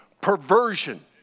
perversion